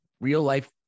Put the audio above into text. real-life